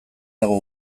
dago